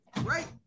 right